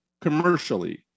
commercially